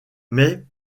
mais